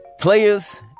players